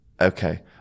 Okay